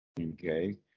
Okay